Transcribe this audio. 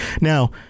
Now